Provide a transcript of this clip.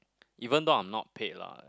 even though I'm not paid lah